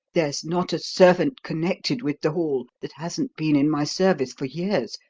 there's not a servant connected with the hall that hasn't been in my service for years,